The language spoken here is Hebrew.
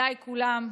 מכובדיי כולם,